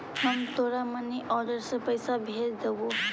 हम तोरा money order से पइसा भेज देबो